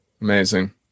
Amazing